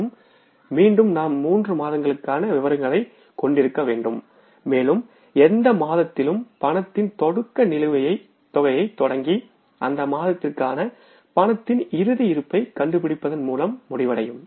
மேலும் மீண்டும் நாம் மூன்று மாதங்களுக்கான விவரங்களைக் கொண்டிருக்க வேண்டும் மேலும் எந்த மாதத்திலும் ரொக்கத்தின் தொடக்க நிலுவைத் தொகையைத் தொடங்கி அந்த மாதத்திற்கான ரொக்கத்தின் இறுதி இருப்பைக் கண்டுபிடிப்பதன் மூலம் முடிவடையும்